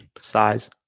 size